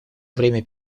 время